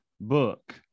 book